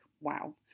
wow